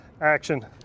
action